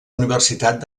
universitat